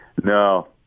No